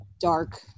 dark